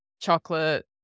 chocolate